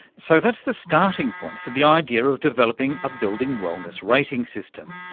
so that's the starting point for the idea of developing a building wellness rating system,